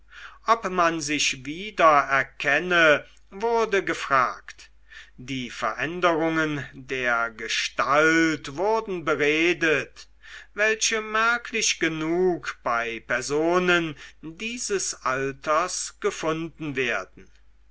ob man sich wiedererkenne wurde gefragt die veränderungen der gestalt wurden beredet welche merklich genug bei personen dieses alters gefunden werden